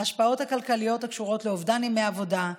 ההשפעות הכלכליות הקשורות לאובדן ימי עבודה,